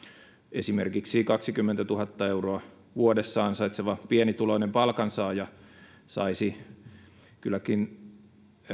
esimerkiksi kaksikymmentätuhatta euroa vuodessa ansaitseva pienituloinen palkansaaja saisi kylläkin